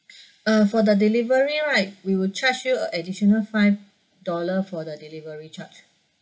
uh for the delivery right we will charge you additional five dollar for the delivery charge